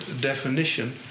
definition